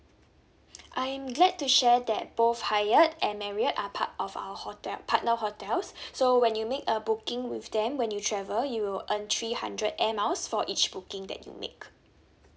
I'm glad to share that both hyatt and marriott are part of our hotel partner hotels so when you make a booking with them when you travel you'll earn three hundred air miles for each booking that you make